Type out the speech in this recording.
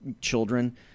children